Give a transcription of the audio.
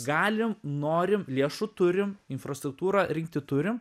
galim norim lėšų turim infrastruktūrą rinkti turim